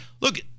look